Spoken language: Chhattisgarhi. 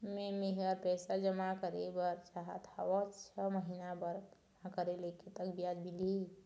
मे मेहर पैसा जमा करें बर चाहत हाव, छह महिना बर जमा करे ले कतक ब्याज मिलही?